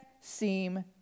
seem